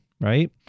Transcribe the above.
right